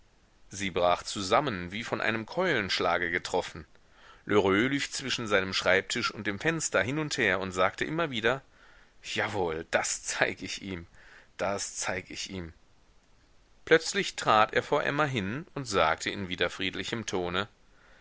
sie brach zusammen wie von einem keulenschlage getroffen lheureux lief zwischen seinem schreibtisch und dem fenster hin und her und sagte immer wieder jawohl das zeig ich ihm das zeig ich ihm plötzlich trat er vor emma hin und sagte in wieder friedlichem tone